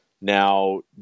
Now